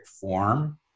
form